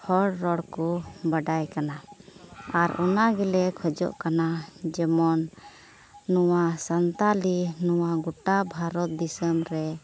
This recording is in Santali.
ᱦᱚᱲ ᱨᱚᱲ ᱠᱚ ᱵᱟᱰᱟᱭ ᱠᱟᱱᱟ ᱟᱨ ᱚᱱᱟ ᱜᱮᱞᱮ ᱠᱷᱚᱡᱚᱜ ᱠᱟᱱᱟ ᱡᱮᱢᱚᱱ ᱱᱚᱣᱟ ᱟᱱᱛᱟᱞᱤ ᱱᱚᱣᱟ ᱜᱳᱴᱟ ᱵᱷᱟᱨᱚᱛ ᱫᱤᱥᱚᱢ ᱨᱮ